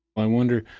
i wonder,